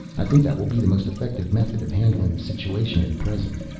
i think that will be the most effective method of handling the situation, at present.